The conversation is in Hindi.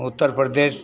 उत्तर प्रदेश